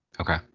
Okay